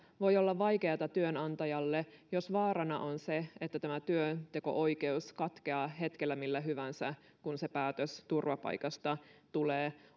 voi olla vaikeata työnantajalle jos vaarana on se että tämä työnteko oikeus katkeaa hetkellä millä hyvänsä kun se päätös turvapaikasta tulee